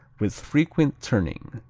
with frequent turning.